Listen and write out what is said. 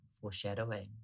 foreshadowing